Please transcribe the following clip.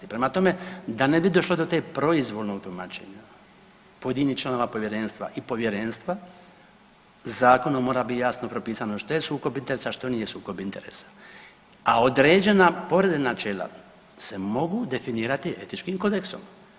Prema tome, da ne bi došlo do tog proizvoljnog tumačenja pojedinih članova povjerenstva i povjerenstva zakonom mora biti jasno propisano što je sukob interesa, a što nije sukob interesa, a određena povreda načela se mogu definirati etičkim kodeksom.